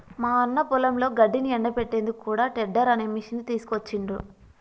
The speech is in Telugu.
మా అన్న పొలంలో గడ్డిని ఎండపెట్టేందుకు కూడా టెడ్డర్ అనే మిషిని తీసుకొచ్చిండ్రు